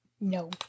No